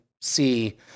see